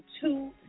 two